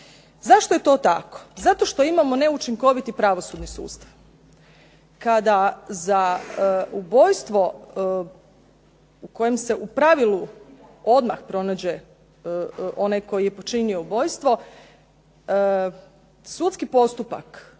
Zašto je to tako? Zato što imamo neučinkoviti pravosudni sustav. Kada za ubojstvo u kojem se u pravilu odmah pronađe onaj koji je počinio ubojstvo sudski postupak